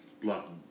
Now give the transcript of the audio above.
Block